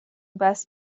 بست